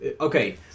okay